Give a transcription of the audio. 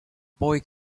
boy